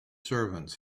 servants